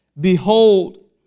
Behold